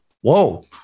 whoa